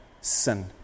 sin